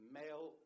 male